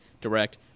Direct